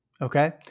Okay